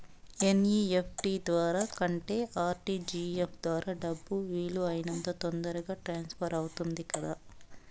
NEFT ద్వారా కంటే RTGS ద్వారా డబ్బు వీలు అయినంత తొందరగా ట్రాన్స్ఫర్ అవుతుంది కదా